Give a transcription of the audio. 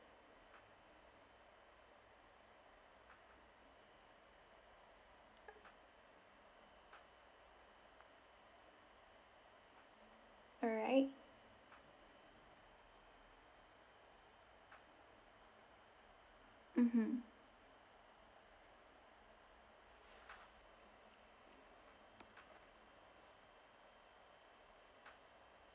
alright mmhmm